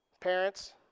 parents